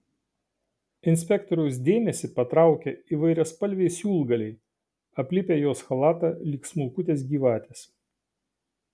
inspektoriaus dėmesį patraukia įvairiaspalviai siūlgaliai aplipę jos chalatą lyg smulkutės gyvatės